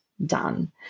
done